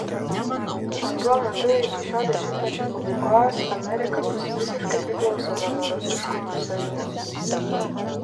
o tuo metu iki šio dešimtmečio pabaigos amerika bus visiškai priklausoma nuo rusiškų sojuz